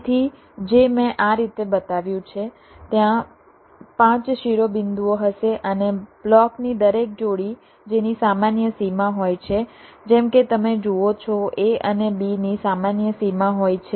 તેથી જે મેં આ રીતે બતાવ્યું છે ત્યાં 5 શિરોબિંદુઓ હશે અને બ્લોકની દરેક જોડી જેની સામાન્ય સીમા હોય છે જેમ કે તમે જુઓ છો A અને B ની સામાન્ય સીમા હોય છે